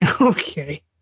okay